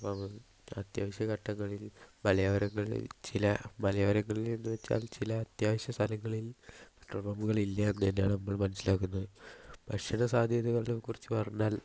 അപ്പോൾ നമുക്ക് അത്യാവശ്യഘട്ടങ്ങളിൽ മലയോരങ്ങളിൽ ചില മലയോരങ്ങളിൽ എന്നുവെച്ചാൽ ചില അത്യാവശ്യ സ്ഥലങ്ങളിൽ പെട്രോൾ പമ്പുകൾ ഇല്ല എന്ന് തന്നെയാണ് നമ്മൾ മനസ്സിലാക്കുന്നത് ഭക്ഷണ സാദ്ധ്യതകളെ കുറിച്ച് പറഞ്ഞാൽ